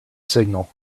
signal